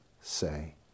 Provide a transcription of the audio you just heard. say